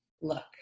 look